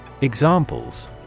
Examples